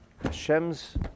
Hashem's